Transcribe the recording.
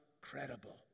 credible